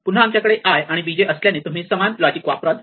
पुन्हा आमच्याकडे i आणि b j असल्याने तुम्ही समान लॉजिक वापराल